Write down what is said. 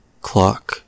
clock